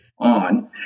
On